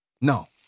No